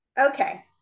Okay